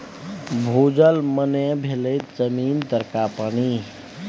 भूजल मने भेलै जमीन तरका पानि